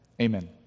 Amen